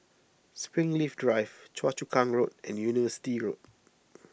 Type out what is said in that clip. Springleaf Drive Choa Chu Kang Road and University Road